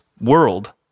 world